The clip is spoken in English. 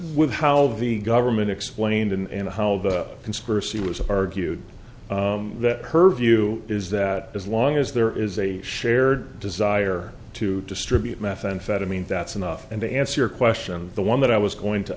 with how the government explained and how the conspiracy was argued her view is that as long as there is a shared desire to distribute methamphetamine that's enough and to answer your question the one that i was going to